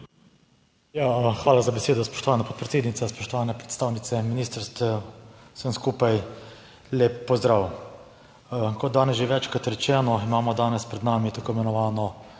hvala za besedo. Spoštovana podpredsednica, spoštovane predstavnice ministrstev, vsem skupaj lep pozdrav. Kot danes že večkrat rečeno, imamo danes pred nami tako imenovano